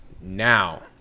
now